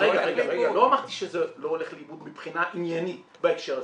לא אמרתי שזה לא הולך לאיבוד מבחינה עניינית בהקשר הזה,